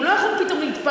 והוא לא יכול פתאום להתפרץ,